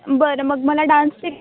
बरं मग मला डान्सचे